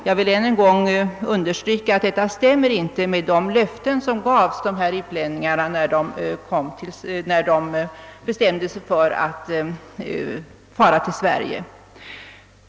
Jag vill ännu en gång understryka att detta inte stämmer med de löften som gavs dessa utlänningar när de bestämde sig för att resa till Sverige.